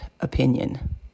opinion